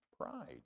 Pride